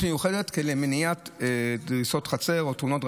מיוחדת למניעת דריסות חצר או תאונות.